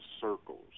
circles